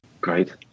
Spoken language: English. great